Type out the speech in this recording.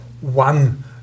one